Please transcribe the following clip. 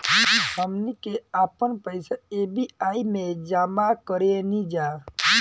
हमनी के आपन पइसा एस.बी.आई में जामा करेनिजा